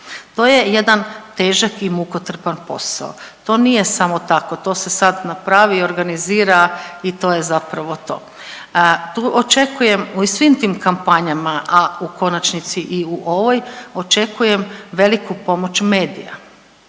To je jedan težak i mukotrpan posao, to nije samo tako to se sad napravi i organizira i to je zapravo to. Tu, očekujem u svim tim kampanjama, a u konačnici i u ovoj očekujem veliku pomoć medija.